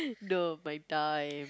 no my time